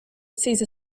cesar